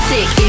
Sick